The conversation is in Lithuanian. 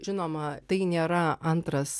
žinoma tai nėra antras